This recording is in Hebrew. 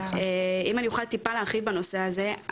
אם אני אוכל טיפה להרחיב בנושא הזה,